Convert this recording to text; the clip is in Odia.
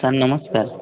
ସାର୍ ନମସ୍କାର